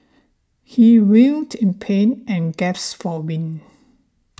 he writhed in pain and gasped for win